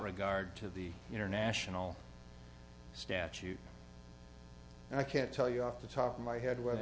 regard to the international statute i can't tell you off the top of my head wh